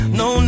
no